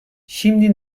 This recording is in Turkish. şimdi